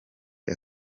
ejo